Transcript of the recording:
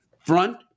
front